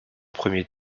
premier